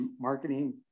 marketing